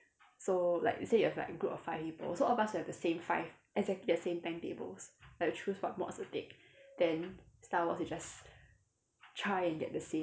so like let's say you have like group of five people so all of us will have the same five exactly the same timetables like choose what mods to take then star wars is just try and get the same